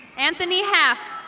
anthony happ.